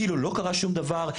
כאילו לא קרה שום דבר,